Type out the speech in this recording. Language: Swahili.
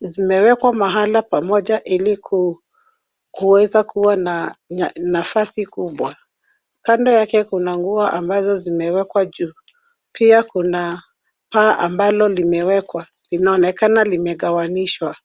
vimewekwa mahala pamoja ili kuweza kuwa na nafasi kubwa. Kando yake kuna nguo ambazo zimewekwa juu. Pia kuna paa ambalo limewekwa. Linaonekana limegawanishwa.